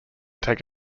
take